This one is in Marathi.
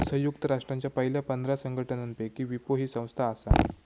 संयुक्त राष्ट्रांच्या पयल्या पंधरा संघटनांपैकी विपो ही संस्था आसा